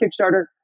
Kickstarter